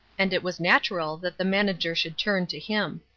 and it was natural that the manager should turn to him.